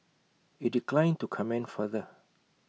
IT declined to comment further